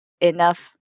enough